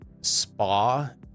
spa